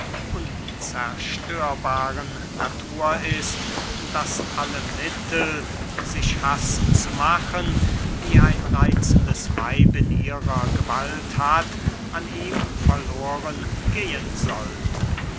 unzerstörbaren natur ist daß alle mittel sich hassen zu machen die ein reitzendes weib in ihrer gewalt hat an ihm verloren gehen sollten